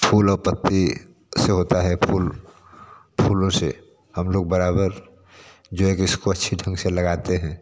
फूल और पत्ती से होता है फूल फूलों से हम लोग बराबर जो है कि इसको अच्छे ढंग से लगाते हैं